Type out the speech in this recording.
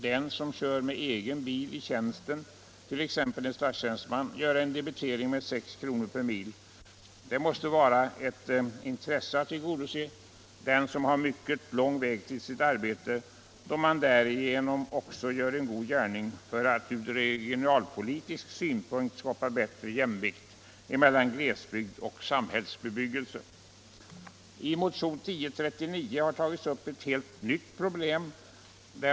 Den som kör med egen bil i tjänsten, t.ex. en statstjänsteman, får ju debitera 6 kr. per mil. Det måste vara ett intresse att tillgodose även dem som har mycket lång väg till sitt arbete, då man därigenom också gör en god gärning för att ur regionalpolitisk synpunkt skapa bättre jämvikt mellan glesbygd och tätbebyggelse. I motion nr 1039 har ett helt nytt problem tagits upp.